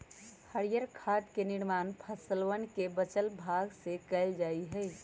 हरीयर खाद के निर्माण फसलवन के बचल भाग से कइल जा हई